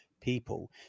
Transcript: people